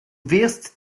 wirst